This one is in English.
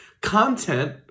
content